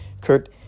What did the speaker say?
Kurt